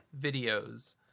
videos